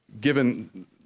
given